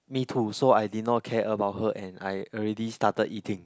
me too so I did not care about her and I already started eating